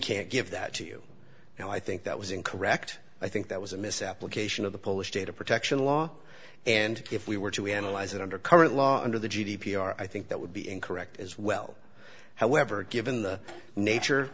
can't give that to you and i think that was incorrect i think that was a misapplication of the polish data protection law and if we were to analyze it under current law under the g d p our i think that would be incorrect as well however given the nature